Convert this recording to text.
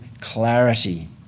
clarity